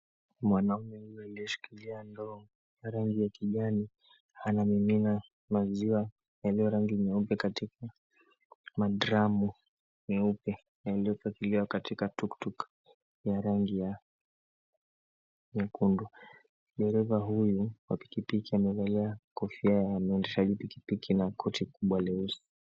Mwanaume huyu aliyeshikilia ndoo ya rangi ya kijani anamimina maziwa yaliyo rangi nyeupe katika madramu meupe yaliyopakiliwa katika tuktuk ya rangi ya nyekundu. Dereva huyu wa pikipiki amevalia kofia ya mwendeshaji pikipiki na koti kubwa leusi.